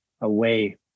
away